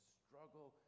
struggle